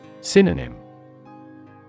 Synonym